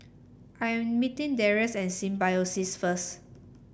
I meeting Darrius at Symbiosis first